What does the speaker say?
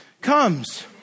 comes